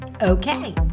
Okay